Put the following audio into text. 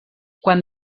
quan